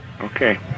Okay